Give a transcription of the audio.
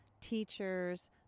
teachers